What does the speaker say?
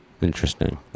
interesting